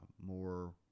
more